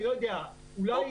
ואני לא חושד באף אחד,